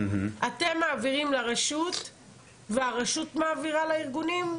אתם מעבירים לרשות והרשות מעבירה לארגונים?